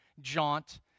jaunt